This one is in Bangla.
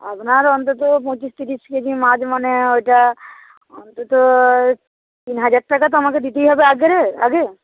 আপনার অন্তত পঁচিশ তিরিশ কেজি মাছ মানে ওটা অন্তত তিন হাজার টাকা তো আমাকে দিতেই হবে আগে